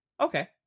Okay